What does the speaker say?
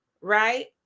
Right